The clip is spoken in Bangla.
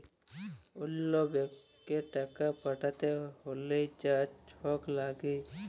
অল্য ব্যাংকে টাকা পাঠ্যাতে হ্যলে যা ছব ল্যাগে